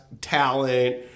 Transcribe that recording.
talent